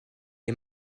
est